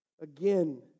again